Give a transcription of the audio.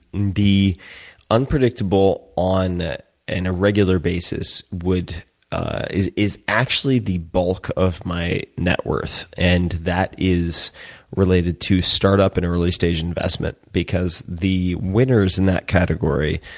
the unpredictable on an irregular basis is is actually the bulk of my net worth. and that is related to startup and early stage investment, because the winners in that category,